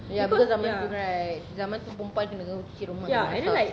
ya because zaman tu right zaman tu perempuan kena cuci rumah and masak